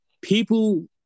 people